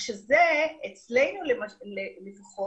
כרגע מה שקרה זה שהחוק בעצם פקע ב-16 ביוני לאחר